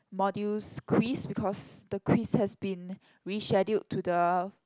modules quiz because the quiz has been rescheduled to the